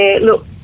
look